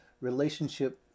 relationship